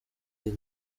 iyo